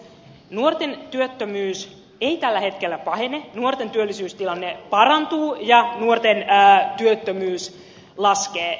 nuorten työttömyys ei tällä hetkellä pahene nuorten työllisyystilanne parantuu ja nuorten työttömyys laskee